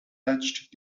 touched